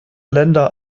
länder